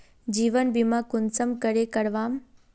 जीवन बीमा कुंसम करे करवाम?